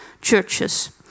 churches